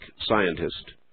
scientist